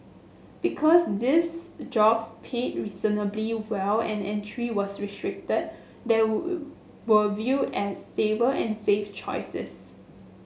because these jobs paid reasonably well and entry was restricted they were viewed as stable and safe choices